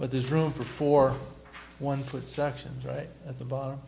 but there's room for one foot section right at the bottom